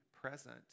present